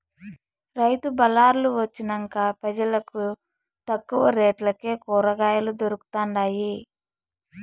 రైతు బళార్లు వొచ్చినంక పెజలకు తక్కువ రేట్లకే కూరకాయలు దొరకతండాయి